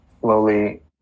slowly